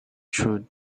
through